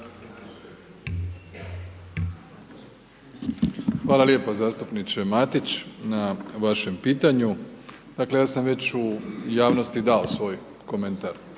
Hvala lijepa zastupniče Matić ma vašem pitanju. Dakle ja sam već u javnosti dao svoj komentar